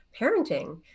parenting